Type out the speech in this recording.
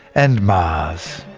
and mars.